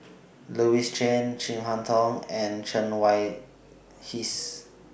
Louis Chen Chin Harn Tong and Chen Wen Hsi